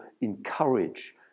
encourage